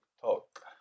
talk